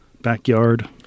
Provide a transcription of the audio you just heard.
backyard